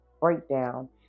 breakdown